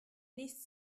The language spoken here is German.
nicht